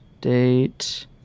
date